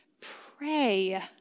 Pray